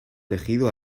elegido